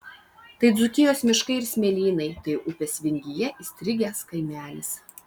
tai dzūkijos miškai ir smėlynai tai upės vingyje įstrigęs kaimelis